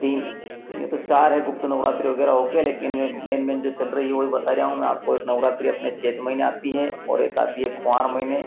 तीन या तो चार है गुप्त नौरात्री वगैरह हो कर लेकिन मेन मेन जो चल रही है वही बता रह हूँ मैं आपको एक नौरात्रि अपने चैत महीने आती है और एक आती है कुवार महीने